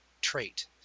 trait